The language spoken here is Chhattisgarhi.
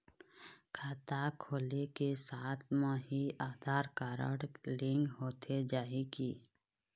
खाता खोले के साथ म ही आधार कारड लिंक होथे जाही की?